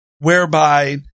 whereby